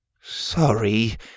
Sorry